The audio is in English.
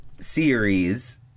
series